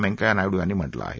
व्यंकय्या नायडू यांनी म्हालि आहे